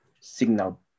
signal